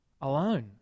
alone